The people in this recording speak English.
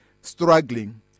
struggling